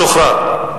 משוחרר.